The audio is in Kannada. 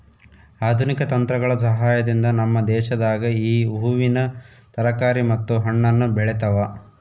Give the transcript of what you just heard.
ಆಧುನಿಕ ತಂತ್ರಗಳ ಸಹಾಯದಿಂದ ನಮ್ಮ ದೇಶದಾಗ ಈ ಹೂವಿನ ತರಕಾರಿ ಮತ್ತು ಹಣ್ಣನ್ನು ಬೆಳೆತವ